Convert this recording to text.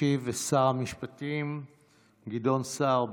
ישיב שר המשפטים גדעון סער,